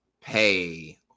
pay